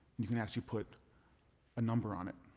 you can actually put a number on it.